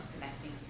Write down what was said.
connecting